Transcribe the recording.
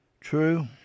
True